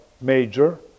major